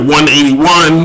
181